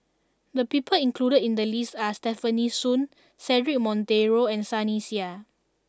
the people included in the list are Stefanie Sun Cedric Monteiro and Sunny Sia